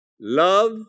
Love